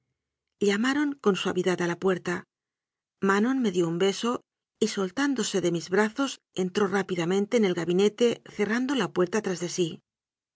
llamaron con suavidad a la puerca manon me dió un beso y soltándose de mis bra zos entró rápidamente en el gabinete cerrando la puerta tras de sí